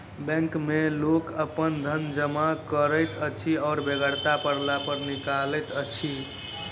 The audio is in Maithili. बैंक मे लोक अपन धन जमा करैत अछि आ बेगरता पड़ला पर निकालैत अछि